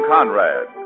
Conrad